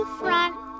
front